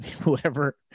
whoever